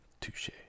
Touche